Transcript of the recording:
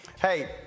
Hey